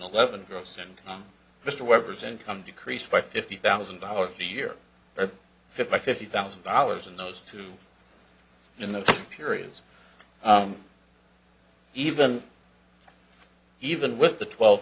eleven gross income mr weber's income decreased by fifty thousand dollars a year or fifty fifty thousand dollars in those two in the periods even even with the twelve